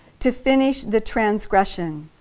to finish the transgression,